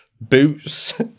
boots